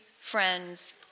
friends